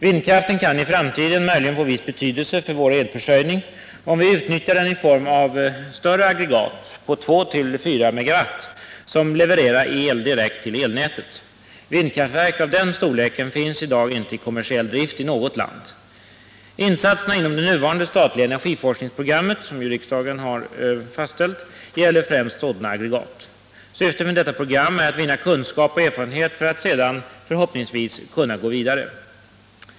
Vindkraften kan i framtiden möjligen få viss betydelse för vår elförsörjning, om vi utnyttjar den i form av större aggregat — på 2-4 MW — som levererar el direkt till elnätet. Vindkraftverk av den storleken finns i dag inte i kommersiell drift i något land. Insatserna inom det nuvarande statliga energiforskningsprogrammet, som ju riksdagen har fastställt, gäller främst sådana aggregat. Syftet med detta program är att vinna kunskap och erfarenhet för att sedan — förhoppningsvis — kunna gå vidare.